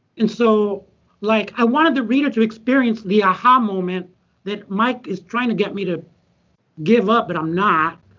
and so like i wanted the reader to experience the a-ha moment that mike is trying to get me to give up, but i'm not.